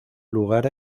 lugar